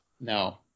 no